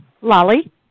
Lolly